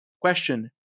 question